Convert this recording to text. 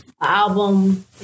album